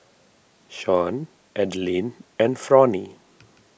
Shawn Adeline and Fronnie